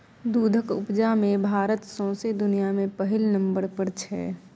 दुधक उपजा मे भारत सौंसे दुनियाँ मे पहिल नंबर पर छै